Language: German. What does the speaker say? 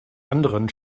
anderen